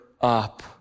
up